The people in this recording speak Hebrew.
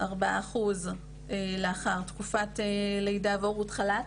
4% מהעובדות היו לאחר תקופת לידה והורות חופשת לידה,